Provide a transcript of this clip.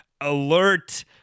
alert